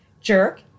Jerk